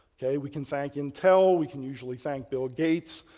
ok. we can thank intel, we can usually thank bill gates,